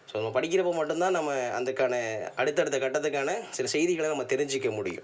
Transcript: so படிக்கிறப்போ மட்டும்தான் நம்ம அதுக்கான அடுத்தடுத்த கட்டத்துக்கான சில செய்திகளை நம்ம தெரிஞ்சுக்க முடியும்